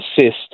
assist